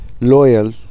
loyal